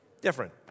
Different